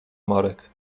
marek